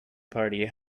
party